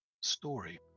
story